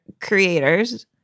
creators